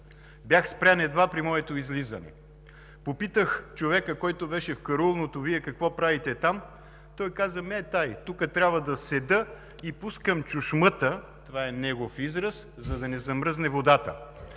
Бях спрян едва при моето излизане. Попитах човека, който беше в караулното: Вие какво правите там? Той каза: „Ми, е тай, тука трябва да седа и пускам чушмътъ – това е негов израз, – за да не замръзне водата.“